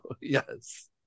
yes